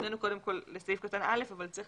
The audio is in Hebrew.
הפנינו קודם לסעיף קטן (א) אבל צריך